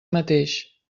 mateix